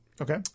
Okay